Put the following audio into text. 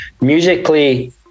musically